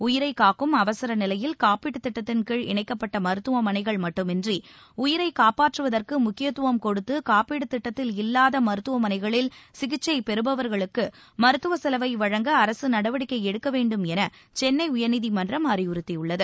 உயிரை காக்கும் அவசர நிலையில் காப்பீடு திட்டத்தின் கீழ் இணைக்கப்பட்ட மருத்துவமனைகள் மட்டுமின்றி உயிரை காப்பாற்றுவதற்கு முக்கியத்துவம் கொடுத்து காப்பீடு திட்டத்தில் இல்லாத மருத்துவமனைகளில் சிகிச்சை பெறுபவாகளுக்கு மருத்துவ செலவை வழங்க அரசு நடவடிக்கை எடுக்கவேண்டும் என சென்னை உயர்நீதிமன்றம் அறிவுறுத்தியுள்ளது